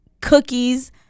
cookies